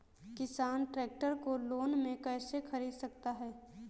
किसान ट्रैक्टर को लोन में कैसे ख़रीद सकता है?